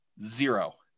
Zero